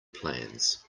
plans